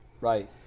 Right